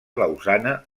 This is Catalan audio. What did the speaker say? lausana